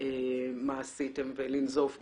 מה עשיתם ולנזוף בכם.